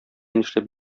нишләп